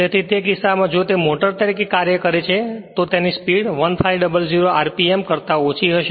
તેથી તે કિસ્સામાં જો તે મોટર તરીકે કાર્ય કરે છે તો તેની સ્પીડ 1500 RMP કરતા ઓછી હશે